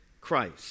Christ